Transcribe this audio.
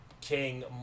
King